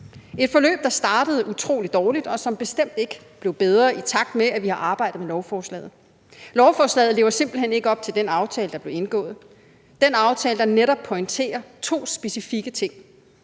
et forløb, der startede utrolig dårligt, og som bestemt ikke blev bedre, i takt med at vi har arbejdet med lovforslaget. Lovforslaget lever simpelt hen ikke op til den aftale, der blev indgået; den aftale, der netop pointerer to specifikke ting: